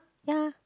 ya